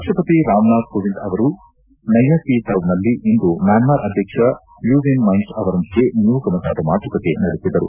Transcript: ರಾಷ್ಟಪತಿ ರಾಮನಾಥ್ ಕೋವಿಂದ್ ಅವರು ನಯ್ ಪ್ಕಿ ತವ್ನಲ್ಲಿ ಇಂದು ಮ್ಯಾನ್ಮಾರ್ ಅಧ್ವಕ್ಷ ಯು ವಿನ್ ಮೈಂಟ್ ಅವರೊಂದಿಗೆ ನಿಯೋಗ ಮಟ್ಟದ ಮಾತುಕತೆ ನಡೆಸಿದರು